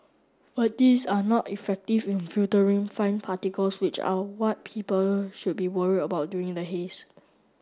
but these are not effective in filtering fine particles which are what people should be worried about during the haze